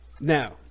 Now